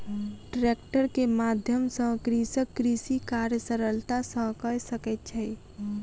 tractor के माध्यम सॅ कृषक कृषि कार्य सरलता सॅ कय सकै छै